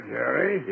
Jerry